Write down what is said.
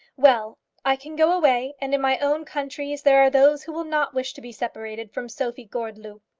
well i can go away, and in my own countries there are those who will not wish to be separated from sophie gordeloup.